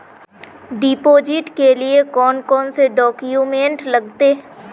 Deposit के लिए कौन कौन से डॉक्यूमेंट लगते?